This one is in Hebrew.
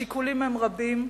השיקולים הם רבים,